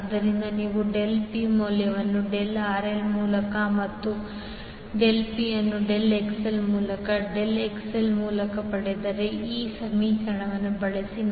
ಆದ್ದರಿಂದ ನೀವು del P ಮೌಲ್ಯವನ್ನು del RL ಮೂಲಕ ಮತ್ತು del PL ಅನ್ನು del XL ಮೂಲಕ del XL ಮೂಲಕ ಪಡೆದರೆ ಈ ಸಮೀಕರಣವನ್ನು ಬಳಸಿ